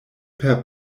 per